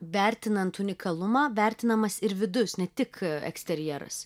vertinant unikalumą vertinamas ir vidus ne tik eksterjeras